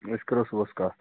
أسۍ کَرو صُبَحس کَتھ